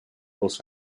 els